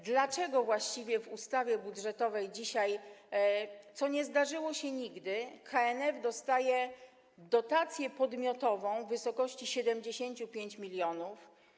Dlaczego właściwie w ustawie budżetowej dzisiaj, co nie zdarzyło się nigdy, KNF dostaje dotację podmiotową w wysokości 75 mln?